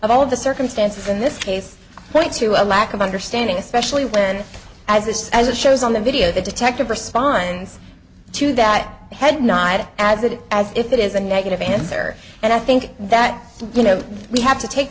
of all of the circumstances in this case points to a lack of understanding especially when as this as it shows on the video the detective responds to that head nod added as if it is a negative answer and i think that you know we have to take